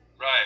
Right